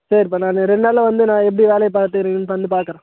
சரிப்பா நான் ரெண்டு நாளில் வந்து நான் எப்படி வேலையை பார்த்துக்கிறீங்கனு வந்து பார்க்குறேன்